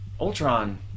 Ultron